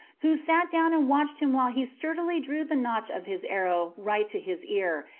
who sat down and watched him while he sturdily drew the notch of his arrow right to his ear,